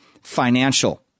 financial